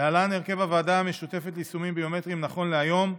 להלן הרכב הוועדה המשותפת ליישומים ביומטריים נכון להיום,